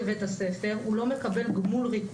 גם אם יש רכז בבית הספר הוא לא מקבל גמול ריכוז.